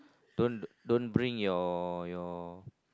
don't don't bring your your